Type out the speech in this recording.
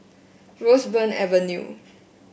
Roseburn Avenue